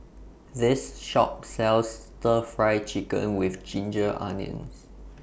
This Shop sells Stir Fry Chicken with Ginger Onions